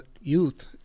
youth